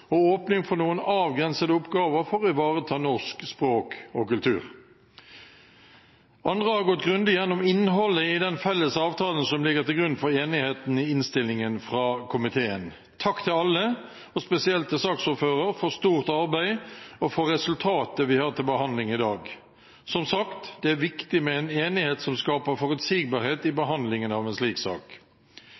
og åpning for noen avgrensede oppgaver for å ivareta norsk språk og kultur. Andre har gått grundig gjennom innholdet i den felles avtalen som ligger til grunn for enigheten i innstillingen fra komiteen. Takk til alle, og spesielt til saksordføreren, for stort arbeid og for resultatet vi har til behandling i dag. Som sagt, det er viktig med en enighet som skaper forutsigbarhet i behandlingen av en slik sak.